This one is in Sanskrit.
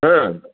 हा